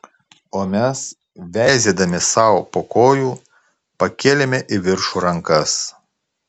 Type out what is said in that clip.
o mes veizėdami sau po kojų pakėlėme į viršų rankas